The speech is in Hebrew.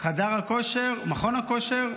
חדר הכושר, מכון הכושר,